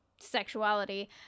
sexuality